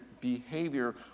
behavior